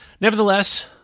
Nevertheless